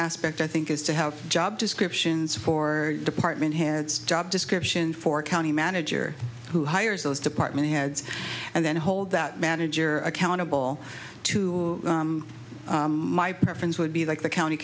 aspect i think is to have job descriptions for department heads job description for county manager who hires those department heads and then hold that manager accountable to my preference would be like the county